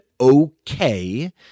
okay